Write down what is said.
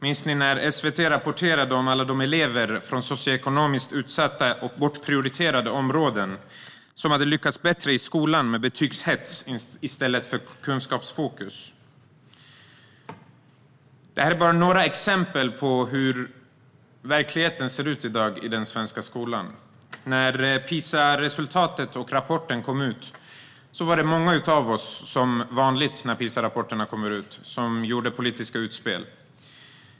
Minns ni när SVT rapporterade om alla elever från socioekonomiskt utsatta och bortprioriterade områden som hade lyckats bättre i skolan med betygshets i stället för kunskapsfokus? Detta är bara några exempel på hur verkligheten ser ut i dag i den svenska skolan. När PISA-resultatet och rapporten kom ut var det många av oss som, som vanligt i det sammanhanget, gjorde politiska utspel.